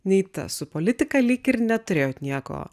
nei tas su politika lyg ir neturėjot nieko